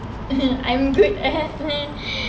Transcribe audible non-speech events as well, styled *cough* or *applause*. *laughs* I'm good at meh